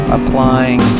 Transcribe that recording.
Applying